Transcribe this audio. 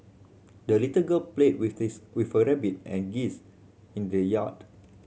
the little girl played with this with her rabbit and geese in the yard